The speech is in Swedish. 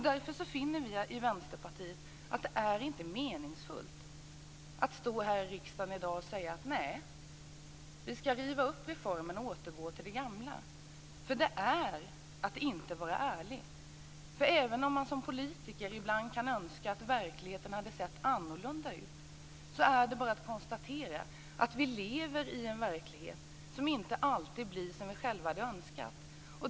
Därför finner vi i Vänsterpartiet att det inte är meningsfullt att stå här i riksdagen i dag och säga: Nej, vi skall riva upp reformen och återgå till det gamla. Det är att inte vara ärlig. Även om man som politiker ibland kan önska att verkligheten hade sett annorlunda ut är det bara att konstatera att vi lever i en verklighet som inte alltid blir som vi själva hade önskat.